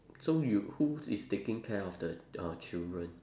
so you who is taking care of the your children